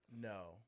No